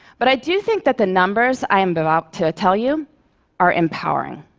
but i do think that the numbers i am about to tell you are empowering.